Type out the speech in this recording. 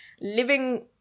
living